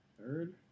Third